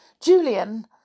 Julian